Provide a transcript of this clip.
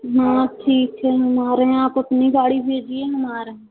हाँ ठीक है हम आ रहे हैं आप अपनी गाड़ी भेजिए हम आ रहे हैं